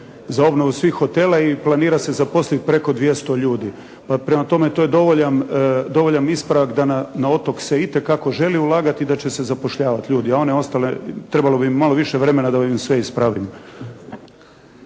za obnovu svih hotela i planira se zaposliti preko 200 ljudi. Pa prema tome to je dovoljan, dovoljan ispravak da na otok se itekako želi ulagati i da će se zapošljavati ljudi. A one ostale trebalo bi mi malo više vremena da bi ih sve ispravio.